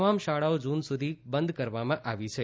તમામ શાળાઓ જૂન સુધી કરવામાં આવી છે